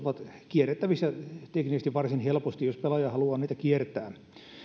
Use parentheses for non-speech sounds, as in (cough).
(unintelligible) ovat kierrettävissä teknisesti varsin helposti jos pelaaja haluaa niitä kiertää